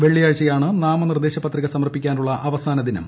വെള്ളിയാഴ്ചയാണ് നാമനിർദ്ദേശ പത്രിക സമർപ്പിക്കാനുള്ള അവസാന ദിനം